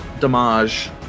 damage